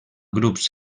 grups